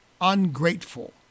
ungrateful